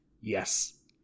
Yes